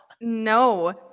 No